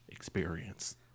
experience